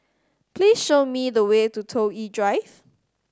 please show me the way to Toh Yi Drive